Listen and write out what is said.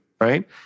right